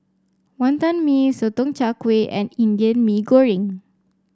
Wantan Mee Sotong Char Kway and Indian Mee Goreng